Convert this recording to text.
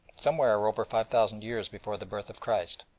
somewhere over five thousand years before the birth of christ.